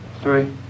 three